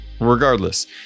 Regardless